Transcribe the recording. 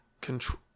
control